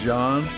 John